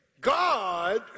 God